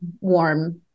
warm